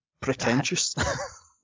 Pretentious